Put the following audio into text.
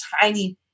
tiny